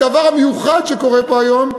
הדבר המיוחד שקורה פה היום,